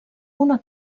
una